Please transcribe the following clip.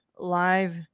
live